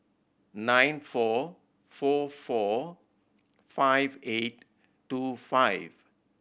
nine four four four five eight two five